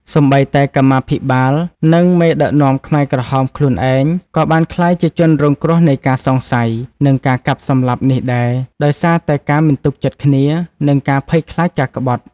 សូម្បីតែកម្មាភិបាល និងមេដឹកនាំខ្មែរក្រហមខ្លួនឯង ក៏បានក្លាយជាជនរងគ្រោះនៃការសង្ស័យ និងការកាប់សម្លាប់នេះដែរ ដោយសារតែការមិនទុកចិត្តគ្នា និងការភ័យខ្លាចការក្បត់។